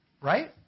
Right